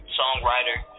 songwriter